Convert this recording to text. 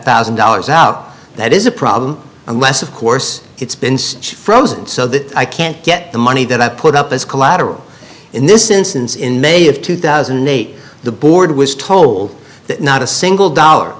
thousand dollars out that is a problem unless of course it's been frozen so that i can't get the money that i put up as collateral in this instance in may of two thousand and eight the board was told that not a single dollar